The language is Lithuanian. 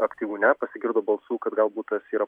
aktyvų ne pasigirdo balsų kad gal būt tas yra